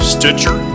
Stitcher